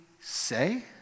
say